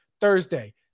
Thursday